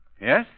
Yes